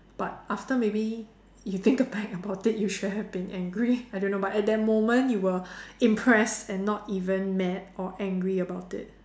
but after maybe you think back about it you should've been angry I don't know but at that moment you were impressed and not even mad or angry about it